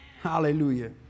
Hallelujah